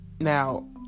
Now